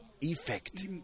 effect